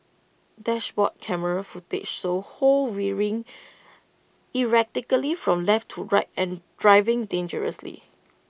dashboard camera footage shows ho veering erratically from left to right and driving dangerously